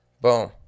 boom